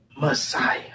Messiah